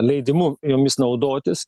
leidimu jomis naudotis